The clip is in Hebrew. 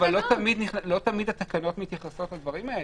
אבל לא תמיד התקנות מתייחסות לדברים האלה.